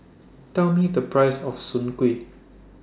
Tell Me The Price of Soon Kueh